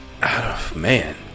Man